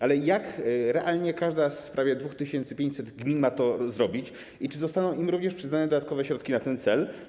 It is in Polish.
Ale jak realnie każda z prawie 2500 gmin ma to zrobić i czy zostaną im również przyznane dodatkowe środki na ten cel?